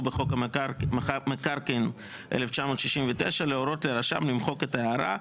בחוק המקרקעין 1969 להורות לרשם למחוק את ההערה.